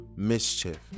mischief